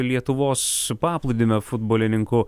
lietuvos paplūdimio futbolininkų